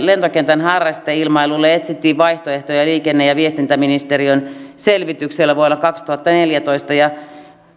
lentokentän harrasteilmailulle etsittiin vaihtoehtoja liikenne ja viestintäministeriön selvityksellä vuonna kaksituhattaneljätoista ja